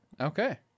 Okay